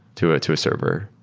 to ah to a server,